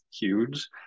huge